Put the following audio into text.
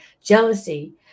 Jealousy